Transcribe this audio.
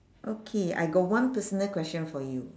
okay I got one personal question for you